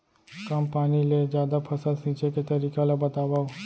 कम पानी ले जादा फसल सींचे के तरीका ला बतावव?